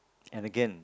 and again